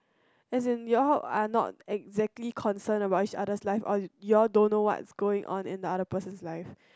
as in your are not exactly concerned about each other life or you all don't know what is going on in the other person's life